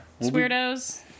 Weirdos